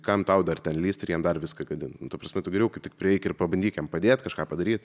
kam tau dar ten lįst ir jiem dar viską gadint nu ta prasme tu geriau tik prieik ir pabandyk jam padėt kažką padaryt